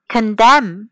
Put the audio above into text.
Condemn